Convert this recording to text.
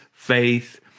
faith